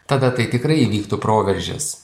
tada tai tikrai įvyktų proveržis